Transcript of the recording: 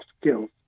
skills